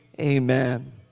Amen